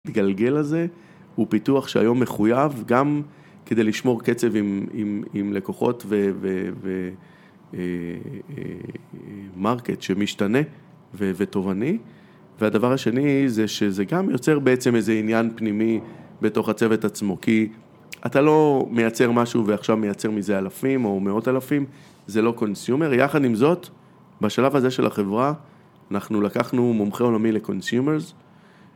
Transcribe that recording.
גלגל הזה הוא פיתוח שהיום מחויב גם כדי לשמור קצב עם לקוחות ומרקט שמשתנה ותובעני והדבר השני זה שזה גם יוצר בעצם איזה עניין פנימי בתוך הצוות עצמו כי אתה לא מייצר משהו ועכשיו מייצר מזה אלפים או מאות אלפים זה לא קונסיומר, יחד עם זאת בשלב הזה של החברה אנחנו לקחנו מומחה עולמי לקונסיומרס